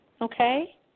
Okay